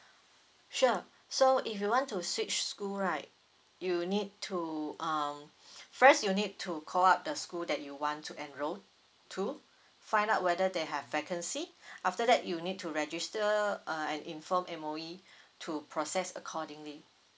sure so if you want to switch school right you need to um first you need to call up the school that you want to enroll to find out whether they have vacancy after that you need to register uh and inform and M_O_E to process accordingly